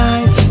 Eyes